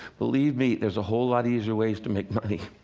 believe me, there's a whole lot easier ways to make money.